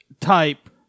type